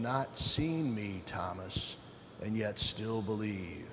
not seen me thomas and yet still believe